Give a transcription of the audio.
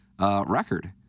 record